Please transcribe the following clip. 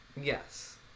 Yes